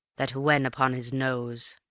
that wen upon his nose.